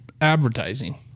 advertising